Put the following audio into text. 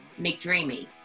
McDreamy